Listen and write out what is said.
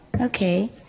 Okay